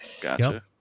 Gotcha